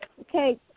Okay